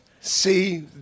See